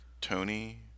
Tony